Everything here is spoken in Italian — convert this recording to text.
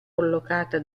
collocata